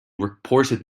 reported